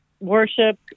Worship